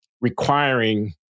requiring